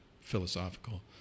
philosophical